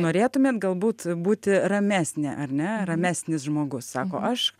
norėtumėt galbūt būti ramesnė ar ne ramesnis žmogus sako aš